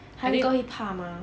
I think